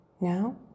Now